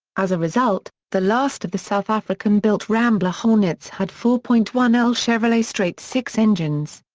as a result, the last of the south african-built rambler hornets had four point one l chevrolet straight six engines.